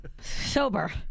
Sober